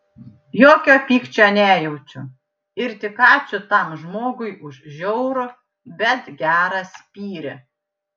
jokio pykčio nejaučiu ir tik ačiū tam žmogui už žiaurų bet gerą spyrį